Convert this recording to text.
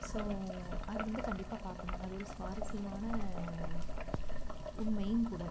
so அது வந்து கண்டிப்பாக பார்க்கணுங்க அது ஒரு சுவாரசியமான உண்மையும்கூட